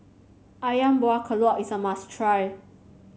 ayam Buah Keluak is a must try